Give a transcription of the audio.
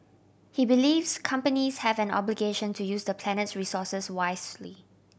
he believes companies have an obligation to use the planet's resources wisely